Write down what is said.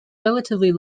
relatively